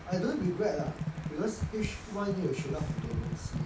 I don't regret lah because H one 也有学到很多东西